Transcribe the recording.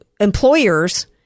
employers